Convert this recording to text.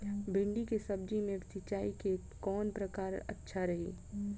भिंडी के सब्जी मे सिचाई के कौन प्रकार अच्छा रही?